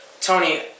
Tony